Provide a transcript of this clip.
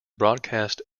broadcast